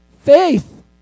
faith